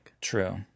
True